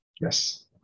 Yes